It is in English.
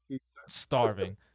Starving